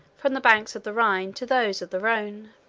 from the banks of the rhine to those of the rhone.